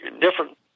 different